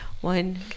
One